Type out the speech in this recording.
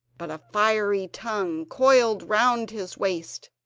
but a fiery tongue coiled round his waist,